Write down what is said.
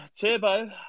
Turbo